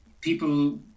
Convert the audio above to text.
People